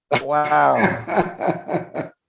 Wow